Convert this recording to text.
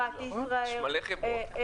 חברת ישראיר.